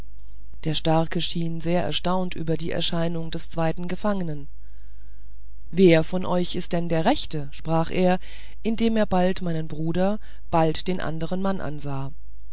der starke schien sehr erstaunt über die erscheinung des zweiten gefangenen wer von euch ist denn der rechte sprach er indem er bald meinen bruder bald den anderen mann ansah